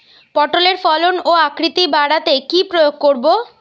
পটলের ফলন ও আকৃতি বাড়াতে কি প্রয়োগ করব?